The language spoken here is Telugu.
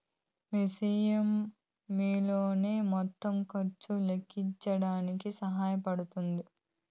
మీ ఈ.ఎం.ఐ మీ లోన్ మొత్తం ఖర్చు లెక్కేసేదానికి సహాయ పడతాది